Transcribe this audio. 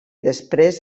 després